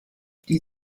die